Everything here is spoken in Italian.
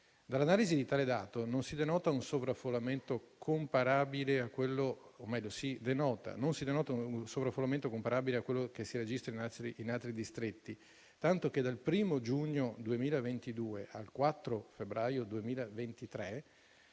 Dall'analisi di tale dato non si denota un sovraffollamento comparabile a quello che si registra in altri distretti, tanto che dal 1° giugno 2022 al 4 febbraio 2023